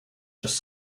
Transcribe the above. just